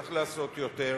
צריך לעשות יותר,